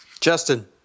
Justin